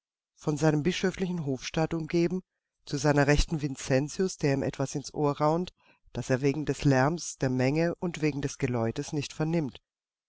von seinem bischöflichen hofstaat umgeben zu seiner rechten vincentius der ihm etwas ins ohr raunt das er wegen des lärmes der menge und wegen des geläutes nicht vernimmt